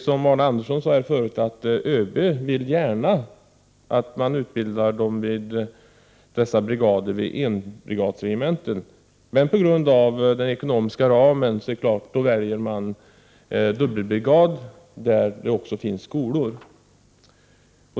Som Arne Andersson sade vill ÖB gärna att man utbildar dessa vid enbrigadsregementen. Men på grund av den ekonomiska ramen väljer man alltså dubbelbrigader, där det också finns skolor.